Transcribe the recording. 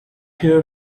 hear